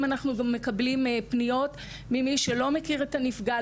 אנחנו מקבלים פניות ממי שלא מכיר את הנפגע,